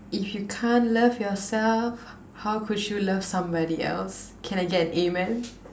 if you can't love yourself how could you love somebody else can I get an amen